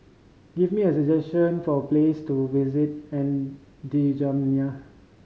give me suggestion for place to visit N'Djamena